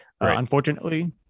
unfortunately